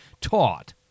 taught